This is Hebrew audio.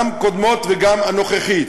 גם ממשלות קודמות וגם הממשלה הנוכחית,